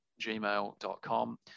gmail.com